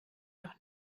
doch